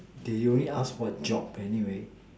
there only ask for job anyway